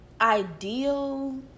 Ideal